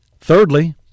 thirdly